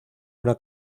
una